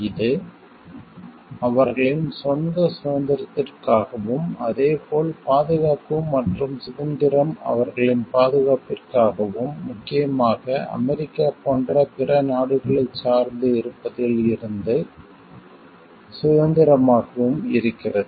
இது அவர்களின் சொந்த சுதந்திரத்திற்காகவும் அதே போல் பாதுகாப்பு மற்றும் சுதந்திரம் அவர்களின் பாதுகாப்பிற்காகவும் முக்கியமாக அமெரிக்கா போன்ற பிற நாடுகளைச் சார்ந்து இருப்பதில் இருந்து சுதந்திரமாகவும் இருக்கிறது